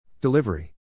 Delivery